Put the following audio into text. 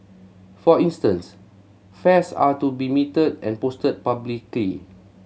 for instance fares are to be metered and posted publicly